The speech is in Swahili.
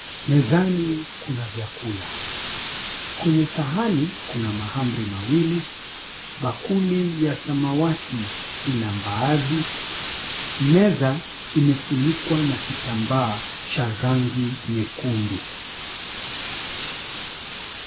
Mezani kuna vyakula, kwenye sahani kuna mahamri mawili, bakuli ya samawati ina mbaazi, meza imefinikwa na kitambaa cha rangi nyekundu.